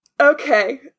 Okay